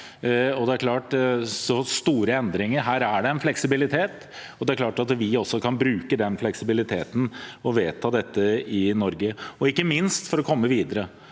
frie land. Når det gjelder store endringer, er det en fleksibilitet her, og det er klart at vi også kan bruke den fleksibiliteten og vedta dette i Norge – ikke minst for å komme videre.